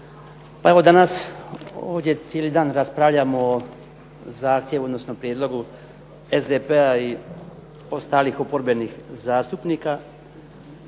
Pa evo danas ovdje cijeli dan raspravljamo o prijedlogu SDP-a i ostalih oporbenih zastupnika